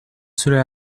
cela